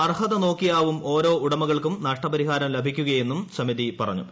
അർഹത നോക്കിയാവും ഓർശോ ഉടമകൾക്കും നഷ്ടപരിഹാരം ലഭിക്കുകയെന്നും സമിതി പറ്ഞ്ഞു